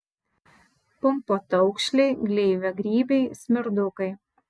pumpotaukšliai gleiviagrybiai smirdukai